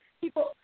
people